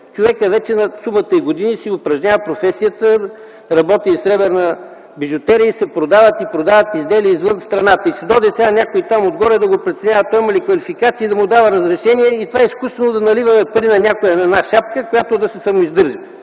човекът вече доста години си упражнява професията, работи и сребърна бижутерия, продават изделия и извън страната. И сега ще дойде някой там отгоре да го преценява той има ли квалификация и да му дава разрешение и това изкуствено да налива пари в една шапка, която да се самоиздържа.